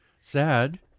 sad